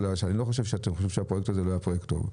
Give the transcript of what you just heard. אני לא חושב שאתם חושבים שהפרויקט הזה היה פרויקט לא טוב.